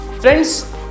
Friends